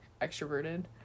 extroverted